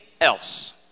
else